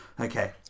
Okay